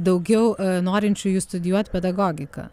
daugiau norinčiųjų studijuot pedagogiką